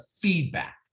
feedback